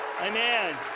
Amen